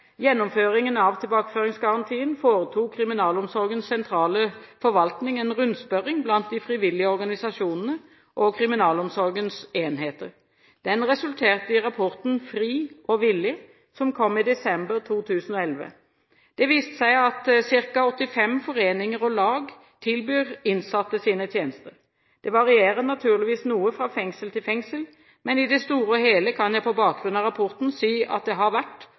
gjennomføringen av tilbakeføringsgarantien foretok Kriminalomsorgens sentrale forvaltning en rundspørring blant de frivillige organisasjonene og kriminalomsorgens enheter. Den resulterte i rapporten «Fri og villig», som kom i desember 2011. Det viste seg at det er ca. 85 foreninger og lag som tilbyr innsatte sine tjenester. Det varierer naturligvis noe fra fengsel til fengsel, men i det store og hele kan jeg på bakgrunn av rapporten si at det har vært